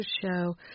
show